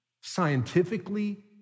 scientifically